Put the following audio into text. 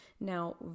Now